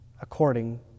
according